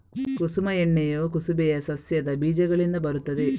ಕುಸುಮ ಎಣ್ಣೆಯು ಕುಸುಬೆಯ ಸಸ್ಯದ ಬೀಜಗಳಿಂದ ಬರುತ್ತದೆ